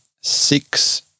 six